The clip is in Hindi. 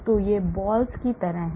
तो यह balls की तरह है